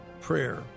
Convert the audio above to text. Prayer